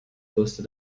größte